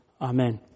Amen